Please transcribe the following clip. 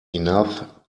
enough